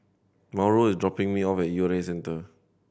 Mauro is dropping me off at U R A Centre